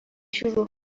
شروع